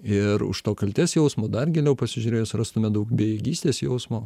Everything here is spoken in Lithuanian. ir už to kaltės jausmo dar giliau pasižiūrėjus rastume daug bejėgystės jausmo